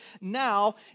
now